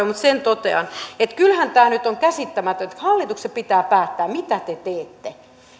mutta sen totean että kyllähän tämä nyt on käsittämätöntä hallituksessa pitää päättää mitä te teette